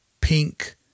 pink